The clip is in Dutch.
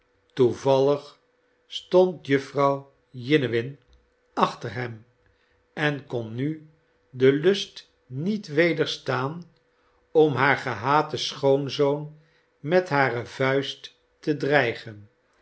toevallig stond jufvrouw jiniwin achter hem en kon nu den lust niet wederstaan om haar gehaten schoonzoon met hare vuist te dreigen